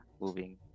moving